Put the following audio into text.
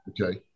Okay